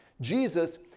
Jesus